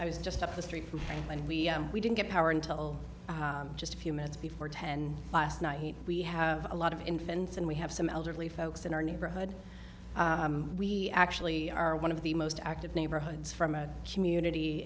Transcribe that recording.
i was just up the street and we we didn't get power until just a few minutes before ten last night we have a lot of infants and we have some elderly folks in our neighborhood we actually are one of the most active neighborhoods from a community